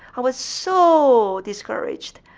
i was so discouraged.